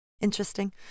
Interesting